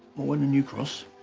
morwenna newcross.